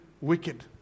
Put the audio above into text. wicked